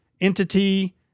entity